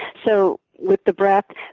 so with the breath,